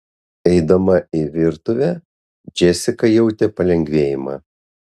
eidama į virtuvę džesika jautė palengvėjimą